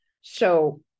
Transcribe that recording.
So-